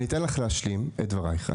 אתן לך להשלים את דברייך.